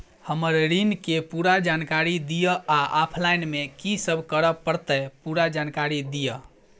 हम्मर ऋण केँ पूरा जानकारी दिय आ ऑफलाइन मे की सब करऽ पड़तै पूरा जानकारी दिय?